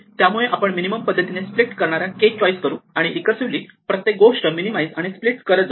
त्या मुळे आपण मिनिमम पद्धतीने स्प्लिट करणारा k चॉईस करू आणि रीकर्सिवली प्रत्येक गोष्ट मिनिमाईज आणि स्प्लिट करत जाऊ